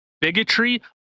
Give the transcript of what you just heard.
bigotry